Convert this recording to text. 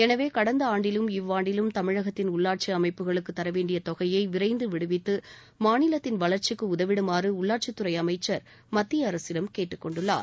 எனவே கடந்தஆண்டிலும் இவ்வாண்டிலும் தமிழகத்தின் உள்ளாட்சிஅமைப்புகளுக்குதரவேண்டியதொகையைவிரைந்துவிடுவித்துமாநிலத்தின் வளர்ச்சிக்குஉதவிடுமாறுஉள்ளாட்சிதுறைஅமைச்சர் மத்தியஅரசிடம் கேட்டுக்கொண்டுள்ளார்